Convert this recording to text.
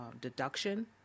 deduction